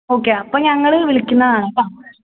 okay അപ്പോൾ ഞങ്ങള് വിളിക്കുന്നതാണ് കേട്ടോ